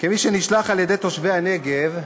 כמי שנשלח על-ידי תושבי הנגב,